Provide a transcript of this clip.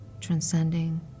transcending